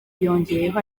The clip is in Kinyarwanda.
yongeyeho